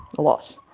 a lot.